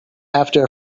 after